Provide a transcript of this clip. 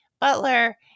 Butler